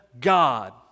God